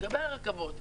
לגבי הרכבות,